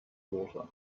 water